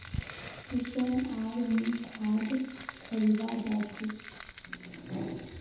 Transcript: किशन आर मी खाद खरीवा जा छी